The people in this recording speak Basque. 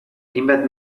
hainbat